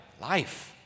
Life